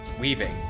weaving